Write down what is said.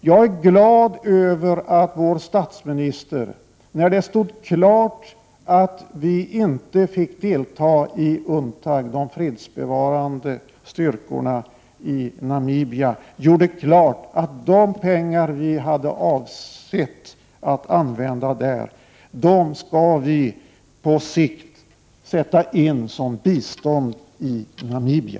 Jag är glad över att vår statsminister, när det stod klart att vi inte fick delta i UNTAG, de fredsbevarande styrkorna i Namibia, gjorde klart att de pengar vi hade avsett att använda där skall på sikt sättas in som bistånd i Namibia.